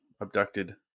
abducted